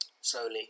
Slowly